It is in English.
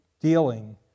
dealing